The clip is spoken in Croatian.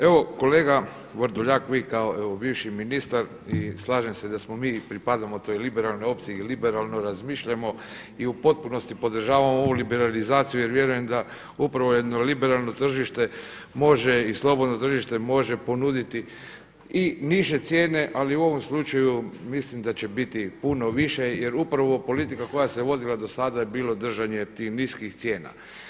Evo kolega Vrdoljak vi kao bivši ministar i slažem se da smo mi i pripadamo toj liberalnoj opciji i liberalno razmišljamo i u potpunosti podržavamo ovu liberalizaciju jer vjerujem da upravo jedno liberalno tržište može i slobodno tržište može ponuditi i niže cijene, ali u ovom slučaju mislim da će biti puno više jer upravo ova politika koja se vodila do sada je bilo držanje tih niskih cijena.